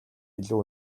илүү